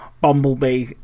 bumblebee